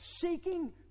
seeking